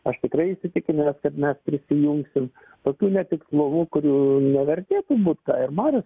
aš tikrai įsitikinęs kad mes prisijungsim tokių netikslumų kurių nevertėtų būt ką ir marius